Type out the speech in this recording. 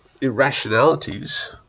irrationalities